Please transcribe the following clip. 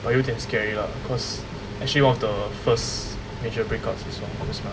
but 有点 scary lah because actually one of the first major breakout is on cruise mah